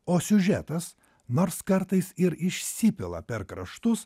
o siužetas nors kartais ir išsipila per kraštus